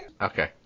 Okay